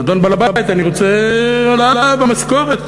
אדון בעל-הבית, אני רוצה העלאה במשכורת.